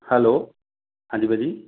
hello ਹਾਂਜੀ ਭਾਅ ਜੀ